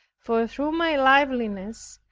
for through my liveliness,